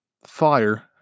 fire